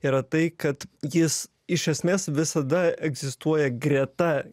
yra tai kad jis iš esmės visada egzistuoja greta